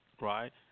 right